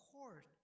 court